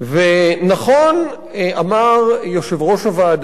ונכון אמר יושב-ראש הוועדה,